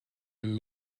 and